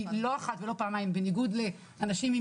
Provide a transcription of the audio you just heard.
כי לא אחת ולא פעמיים בניגוד לאנשים עם